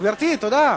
גברתי, תודה.